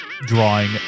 drawing